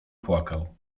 płakał